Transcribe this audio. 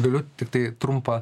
galiu tiktai trumpą